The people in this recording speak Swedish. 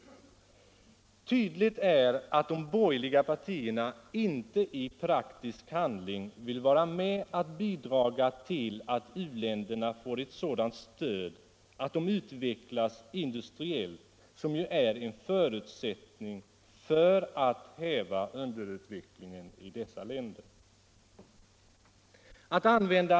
Tydligt är att de borgerliga partierna inte i praktisk handling vill vara med och bidra till att u-länderna får ett sådant stöd att de utvecklas industriellt, vilket ju är en förutsättning för att häva underutvecklingen ' i dessa länder.